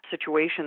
situation